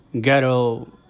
ghetto